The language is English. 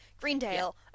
greendale